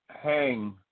hang